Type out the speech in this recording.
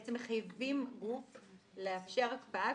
ואתם מחייבים גוף לאפשר הקפאה,